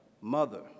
mother